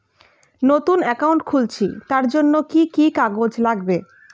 নতুন অ্যাকাউন্ট খুলছি তার জন্য কি কি কাগজ লাগবে?